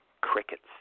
Crickets